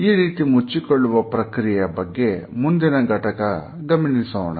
ಈ ರೀತಿ ಮುಚ್ಚಿಕೊಳ್ಳುವ ಪ್ರಕ್ರಿಯೆಯ ಬಗ್ಗೆ ಮುಂದಿನ ಘಟಕದಲ್ಲಿ ಗಮನಿಸೋಣ